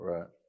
Right